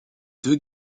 deux